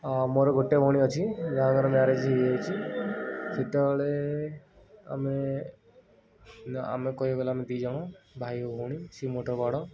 ହଁ ମୋର ଗୋଟେ ଭଉଣୀ ଅଛି ଯାହାଙ୍କର ମ୍ୟାରେଜ୍ ହେଇଯାଇଛି ସେତେବେଳେ ଆମେ କିନ୍ତୁ ଆମକୁ କହିବାକୁ ଗଲେ ଆମେ ଦୁଇଜଣ ଭାଇ ଓ ଭଉଣୀ ସେ ମୋଠୁ ବଡ଼